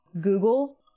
Google